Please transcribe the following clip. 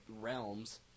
realms